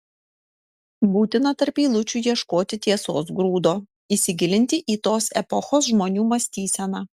būtina tarp eilučių ieškoti tiesos grūdo įsigilinti į tos epochos žmonių mąstyseną